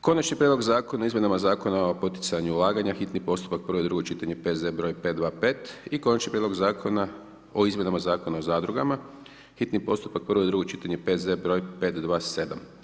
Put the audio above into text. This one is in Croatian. Konačni prijedloga zakona o izmjenama Zakona o poticanju ulaganja, hitni postupak, prvo i drugo čitanje, P.Z. broj 525 i - Konačni prijedlog zakona o izmjenama Zakona o zadrugama, hitni postupak, prvo i drugo čitanje, P.Z. broj 527.